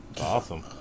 Awesome